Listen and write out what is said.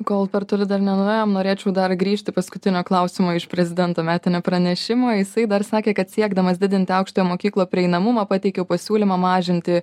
kol per toli dar nenuėjom norėčiau dar grįžti paskutinio klausimo iš prezidento metinio pranešimo jisai dar sakė kad siekdamas didinti aukštojo mokyklo prieinamumą pateikiau pasiūlymą mažinti